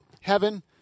heaven